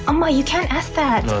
um ah you can't ask that.